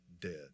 dead